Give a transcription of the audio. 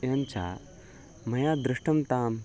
एवञ्च मया दृष्टं ताम्